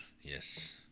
Yes